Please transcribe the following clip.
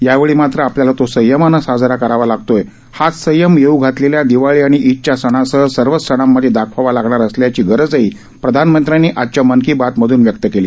यावेळी मात्र आपल्याला तो संयमानं साजरा करावा लागतोय हाच संयम येऊ घातलेल्या दिवाळी आणि ईदच्या सणासह सर्वच सणांमधे दाखवावा लागणार असल्याची गरजही प्रधानमंत्र्यांनी आजच्या मन की बात मधून व्यक्त केली